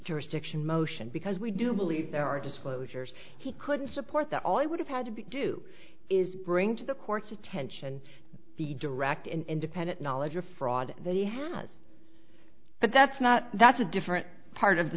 jurisdiction motion because we do believe there are disclosures he couldn't support that all he would have had to be do is bring to the court's attention the direct an independent knowledge or fraud that he has but that's not that's a different part of the